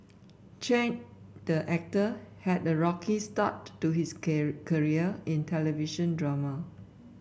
Chen the actor had a rocky start to his career in television drama